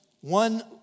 one